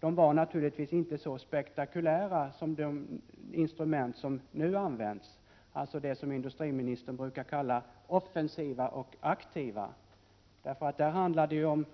De var naturligtvis inte så spektakulära som de instrument som nu används, dvs. de som industriministern brukar kalla för offensiva och aktiva insatser. Det handlar ju om